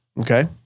Okay